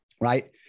right